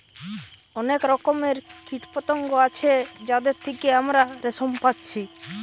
অনেক রকমের কীটপতঙ্গ আছে যাদের থিকে আমরা রেশম পাচ্ছি